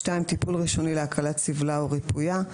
טיפול ראשוני להקלת סבלה או ריפויה.